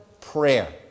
Prayer